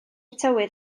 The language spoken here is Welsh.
tywydd